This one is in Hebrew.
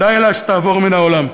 די לה שתעבור מהעולם.